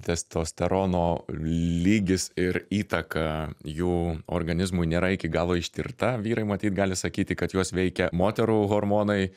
testosterono lygis ir įtaka jų organizmui nėra iki galo ištirta vyrai matyt gali sakyti kad juos veikia moterų hormonai